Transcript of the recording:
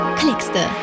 klickste